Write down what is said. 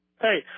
Hey